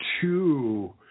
two